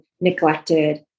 neglected